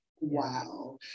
Wow